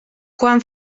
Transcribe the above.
quan